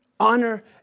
Honor